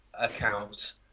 accounts